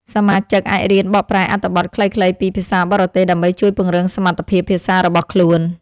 សមាជិកអាចរៀនបកប្រែអត្ថបទខ្លីៗពីភាសាបរទេស ដើម្បីជួយពង្រឹងសមត្ថភាពភាសារបស់ខ្លួន។